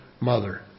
mother